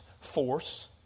force